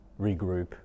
regroup